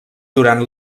durant